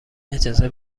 اجازه